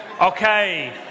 Okay